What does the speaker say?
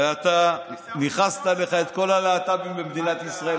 הרי אתה ניכסת לך את כל הלהט"בים במדינת ישראל,